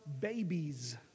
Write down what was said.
babies